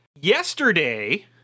Yesterday